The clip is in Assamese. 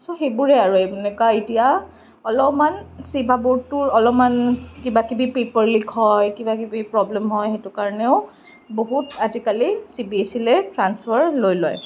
চ' সেইবোৰে আৰু এনেকুৱা এতিয়া অলপমান ছেবা বোৰ্ডটো অলপমান কিবাকিবি পেপাৰ লীক হয় কিবাকিবি প্ৰব্লেম হয় সেইটো কাৰণেও বহুত আজিকালি চিবিএছইলৈ ট্ৰান্সফাৰ লৈ লয়